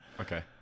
Okay